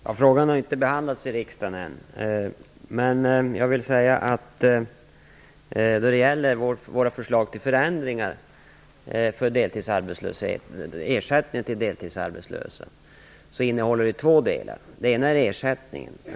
Fru talman! Frågan har inte behandlats i riksdagen än, men när det gäller våra förslag till förändringar av ersättningen till deltidsarbetslösa finns det två delar. Den ena handlar om ersättningen.